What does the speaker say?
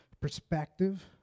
perspective